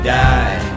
die